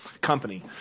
company